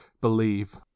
believe